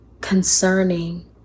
concerning